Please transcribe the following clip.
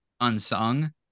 unsung